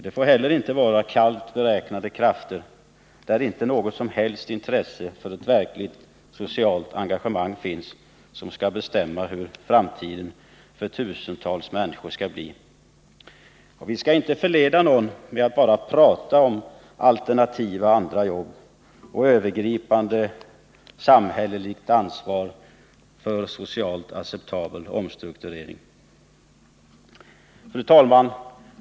Det får heller inte vara kallt beräknande krafter utan något verkligt socialt engagemang som skall bestämma framtiden för tiotusentals människor. Vi skall inte förleda någon genom att prata om alternativa jobb och om ett övergripande samhälleligt ansvar för en socialt acceptabel omstrukturering. Fru talman!